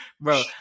bro